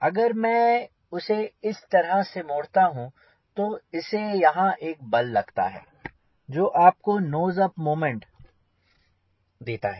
अगर मैं उसे इस तरह से मोड़ता हूँ तो इससे यहाँ एक बल लगता है जो आपको नोज अप मोमेंट देता है